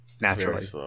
naturally